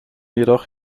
jedoch